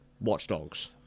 Watchdogs